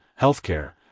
healthcare